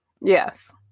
Yes